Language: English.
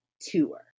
Tour